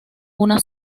una